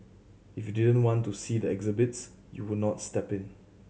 if you didn't want to see the exhibits you would not step in